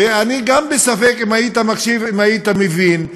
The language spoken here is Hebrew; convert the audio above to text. בוא נראה,